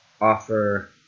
offer